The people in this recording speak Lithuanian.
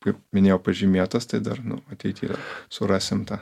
kaip minėjau pažymėtas tai dar nu ateityje surasim tą